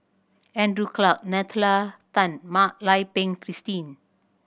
Andrew Clarke Nalla Tan Mak Lai Peng Christine